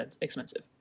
expensive